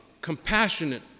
compassionate